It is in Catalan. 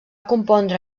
compondre